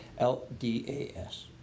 LDAS